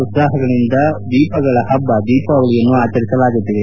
ಉತ್ಸಾಪಗಳಿಂದ ದೀಪಗಳ ಹಬ್ಬ ದೀಪಾವಳಿ ಆಚರಿಸಲಾಗುತ್ತಿದೆ